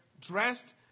dressed